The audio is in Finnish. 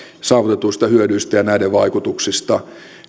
saavutetuista hyödyistä ja näiden vaikutuksista